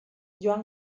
joan